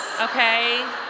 Okay